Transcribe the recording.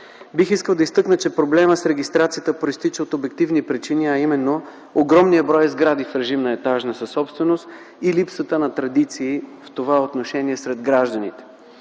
Бих искал да изтъкна, че проблемът с регистрацията произтича от обективни причини, а именно огромният брой сгради в режим на етажна съсобственост и липсата на традиции в това отношение сред гражданите.